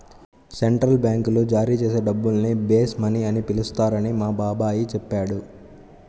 central బ్యాంకులు జారీ చేసే డబ్బుల్ని బేస్ మనీ అని పిలుస్తారని మా బాబాయి చెప్పాడు